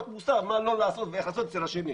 מוסר מה לא לעשות ואיך לעשות אצל השני.